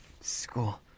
school